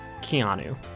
Keanu